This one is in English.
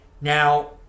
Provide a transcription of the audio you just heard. now